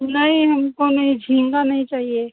नहीं हमको नहीं झींगा नहीं चाहिए